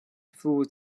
full